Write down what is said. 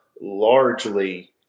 largely